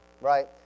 right